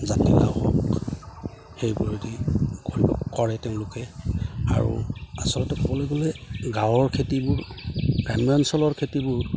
জাতিলাও হওক সেইবোৰে দি কৰিব কৰে তেওঁলোকে আৰু আচলতে ক'বলৈ গ'লে গাঁৱৰ খেতিবোৰ গ্ৰাম্য অঞ্চলৰ খেতিবোৰ